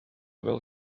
fel